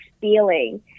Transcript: feeling